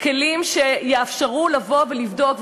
כלים שיאפשרו לבוא ולבדוק,